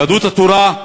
יהדות התורה,